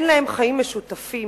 אין להם חיים משותפים.